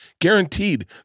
guaranteed